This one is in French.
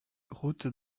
route